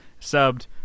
subbed